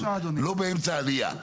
לא באמצע העלייה,